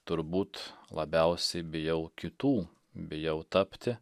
turbūt labiausiai bijau kitų bijau tapti